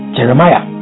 Jeremiah